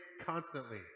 constantly